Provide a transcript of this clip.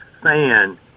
fan